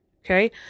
Okay